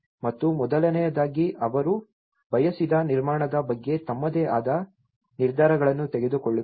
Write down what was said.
ಮತ್ತು ಮೊದಲನೆಯದಾಗಿ ಅವರು ಬಯಸಿದ ನಿರ್ಮಾಣದ ಬಗ್ಗೆ ತಮ್ಮದೇ ಆದ ನಿರ್ಧಾರಗಳನ್ನು ತೆಗೆದುಕೊಳ್ಳುತ್ತಾರೆ